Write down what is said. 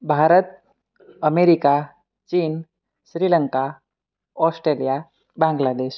Bharat America ચીન Sri Lanka Australia Bangladesh